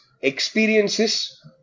experiences